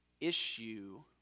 issue